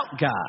God